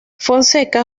fonseca